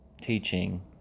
teaching